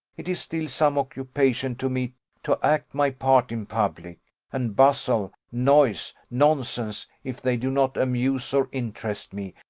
it is still some occupation to me to act my part in public and bustle, noise, nonsense, if they do not amuse or interest me,